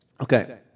Okay